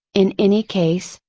in any case,